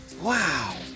Wow